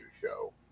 show